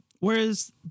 Whereas